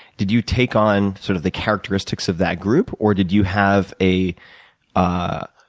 did you take on sort of the characteristics of that group? or did you have a ah